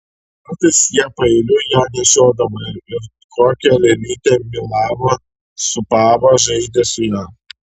kartais jie paeiliui ją nešiodavo it kokią lėlytę mylavo sūpavo žaidė su ja